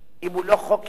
אי-אפשר לבטל חוק-יסוד.